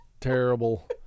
terrible